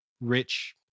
rich